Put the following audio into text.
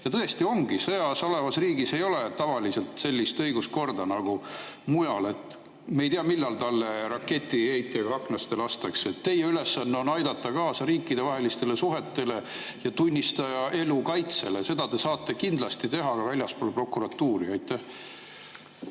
Ja tõesti ongi, sõjas olevas riigis ei ole tavaliselt sellist õiguskorda nagu mujal. Me ei tea, millal talle raketiheitjaga aknasse lastakse. Teie ülesanne on aidata kaasa riikidevahelistele suhetele ja tunnistaja elu kaitsele, seda te saate kindlasti teha ka väljaspool prokuratuuri.